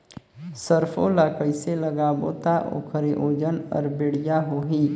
सरसो ला कइसे लगाबो ता ओकर ओजन हर बेडिया होही?